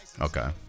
Okay